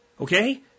Okay